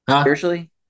Spiritually